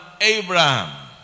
Abraham